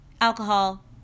alcohol